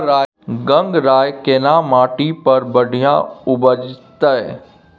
गंगराय केना माटी पर बढ़िया उपजते?